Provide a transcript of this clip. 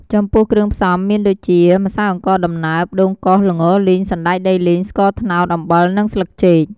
ចំពោះគ្រឿងផ្សំមានដូចជា ម្សៅអង្ករដំណើប ដូងកោស ល្ងលីង សណ្តែកដីលីង ស្ករត្នោត អំបិល និងស្លឹកចេក។